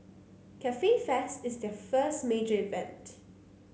Cafe Fest is their first major event